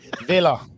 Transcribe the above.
Villa